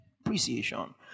appreciation